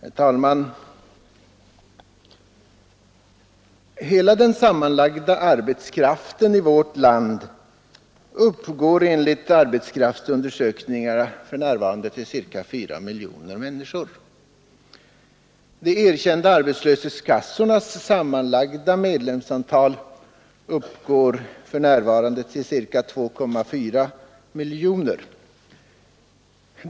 Herr talman! Hela den sammanlagda arbetskraften i vårt land uppgår enligt arbetskraftsundersökningarna till ca 4 miljoner människor. De erkända arbetslöshetskassornas sammanlagda medlemsantal uppgår för närvarande till ca 2,4 miljoner.